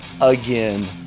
again